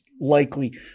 likely